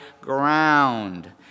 ground